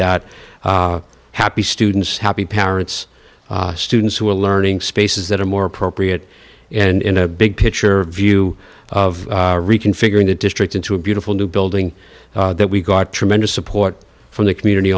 that happy students happy parents students who are learning spaces that are more appropriate and in a big picture view of reconfiguring the district into a beautiful new building that we got tremendous support from the community